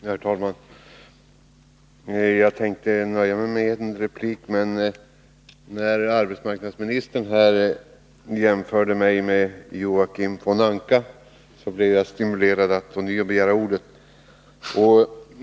Herr talman! Jag hade tänkt nöja mig med min tidigare replik, men när arbetsmarknadsministern jämförde mig med Joakim von Anka blev jag stimulerad att ånyo begära ordet.